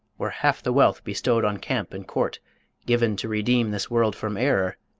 were half the wealth bestowed on camp and court given to redeem this world from error,